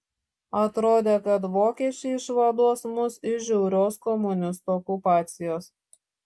atrodė kad vokiečiai išvaduos mus iš žiaurios komunistų okupacijos